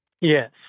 Yes